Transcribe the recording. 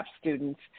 students